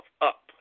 up